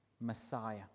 Messiah